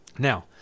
Now